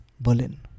Berlin